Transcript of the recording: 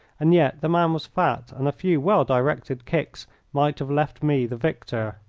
and yet the man was fat, and a few well-directed kicks might have left me the victor.